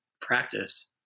practice